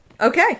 Okay